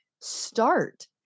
start